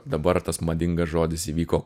dabar tas madingas žodis įvyko